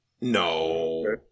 No